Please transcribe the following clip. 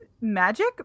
magic